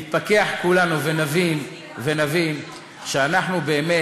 נתפכח כולנו ונבין שאנחנו באמת,